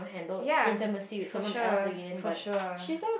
ya for sure for sure